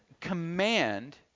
command